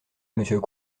monsieur